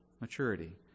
maturity